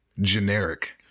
generic